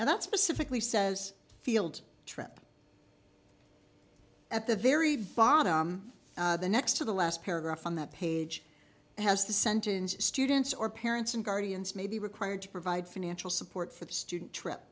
and that specifically says field trip at the very bottom the next to the last paragraph on that page has the sentence students or parents and guardians may be required to provide financial support for the student